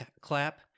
clap